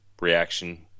reaction